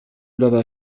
لدى